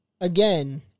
Again